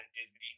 Disney